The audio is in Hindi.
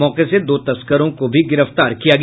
मौके से दो तस्करों को भी गिरफ्तार किया गया